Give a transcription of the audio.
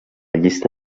llista